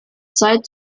zeit